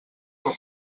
com